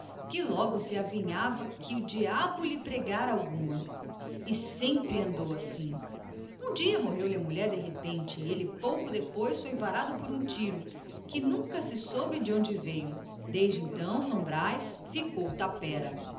que logo se adivinhava que o diabo lhe pregara alguma e sempre andou assim um dia morreu-lhe a mulher de repente e ele pouco depois foi varado por um tiro que nunca ninguém soube donde veio daí em diante são brás ficou tapera